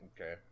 Okay